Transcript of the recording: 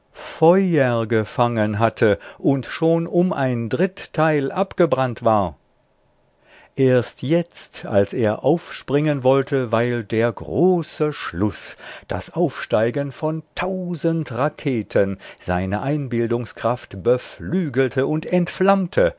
feuer gefangen hatte und schon um ein dritteil abgebrannt war erst jetzt als er aufspringen wollte weil der große schluß das aufsteigen von tausend raketen seine einbildungskraft beflügelte und entflammte